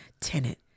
tenant